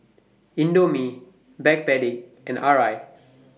Indomie Backpedic and Arai